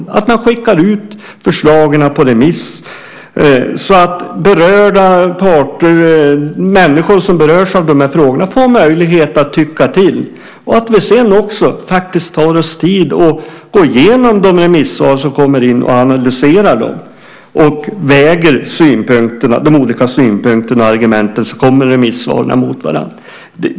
Det är viktigt att vi skickar ut förslagen på remiss så att berörda parter, människor som berörs av frågorna, får möjlighet att tycka till och att vi sedan tar oss tid att gå igenom de remissvar som kommer in, analyserar dem och väger de olika synpunkterna och argumenten mot varandra.